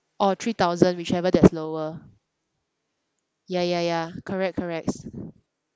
or three thousand whichever that's lower ya ya ya correct correct